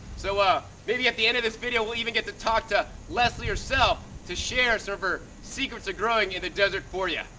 so ah maybe at the end of this video we'll even get to talk to leslie herself to share some of her secrets of growing in the desert for ya.